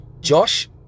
Josh